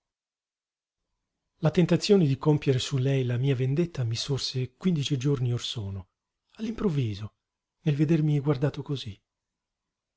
la tentazione di compiere su lei la mia vendetta mi sorse quindici giorni or sono all'improvviso nel vedermi guardato cosí